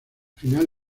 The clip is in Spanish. final